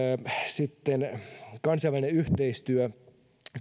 sitten kansainvälinen yhteistyö